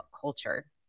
culture